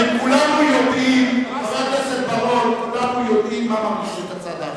כולנו יודעים מה מרגיז את הצד האחר.